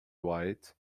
white